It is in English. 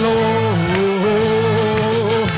Lord